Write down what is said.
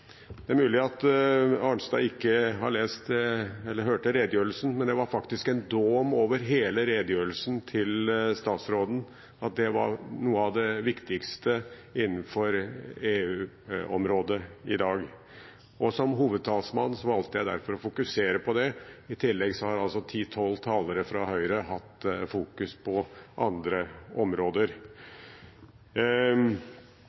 Det er mulig at Arnstad ikke hørte redegjørelsen, men det var faktisk en dåm over hele redegjørelsen til statsråden, at det var noe av det viktigste innenfor EU-området i dag. Som hovedtalsmann valgte jeg derfor å fokusere på det, og i tillegg har ti–tolv talere fra Høyre fokusert på andre